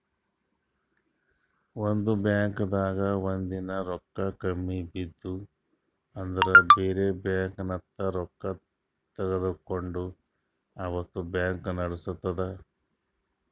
ಒಂದ್ ಬಾಂಕ್ದಾಗ್ ಒಂದಿನಾ ರೊಕ್ಕಾ ಕಮ್ಮಿ ಬಿದ್ದು ಅಂದ್ರ ಬ್ಯಾರೆ ಬ್ಯಾಂಕ್ಲಿನ್ತ್ ರೊಕ್ಕಾ ತಗೊಂಡ್ ಅವತ್ತ್ ಬ್ಯಾಂಕ್ ನಡಸ್ತದ್